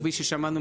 כפי ששמענו,